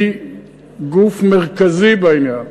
היא גוף מרכזי בעניין.